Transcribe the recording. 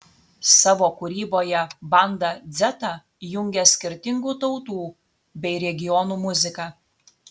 savo kūryboje banda dzeta jungia skirtingų tautų bei regionų muziką